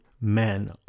men